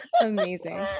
Amazing